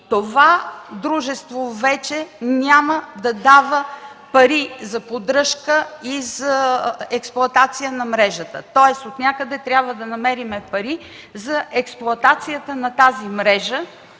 Това дружество вече няма да дава пари за поддръжка и за експлоатация на мрежата. Тоест отнякъде трябва да намерим пари за експлоатацията на тази мрежа,